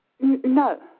No